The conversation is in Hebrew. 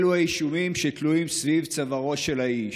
אלו האישומים שתלויים סביב צווארו של האיש.